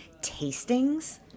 tastings